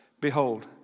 behold